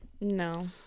No